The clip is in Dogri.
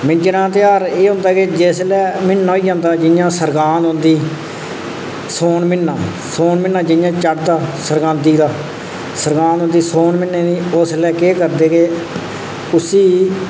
मिंजरेें दा तेहार एह् होंगा कि जिसलै म्हीना होई जंदा जि'यां सरगांद औंदी सौन म्हीना सौन म्हीना जि'यां चढ़दा सरगांदी दा सरगांद होंदी सौन म्हीने दा उसलै केह् करदे कि उसी